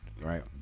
Right